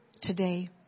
today